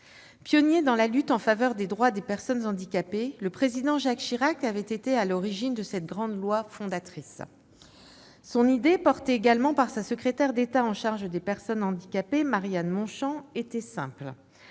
Pionnier dans la lutte en faveur des droits des personnes handicapées, le Président Jacques Chirac avait été à l'origine de cette grande loi fondatrice. Son idée, portée également par sa secrétaire d'État chargée des personnes handicapées, Marie-Anne Montchamp, était simple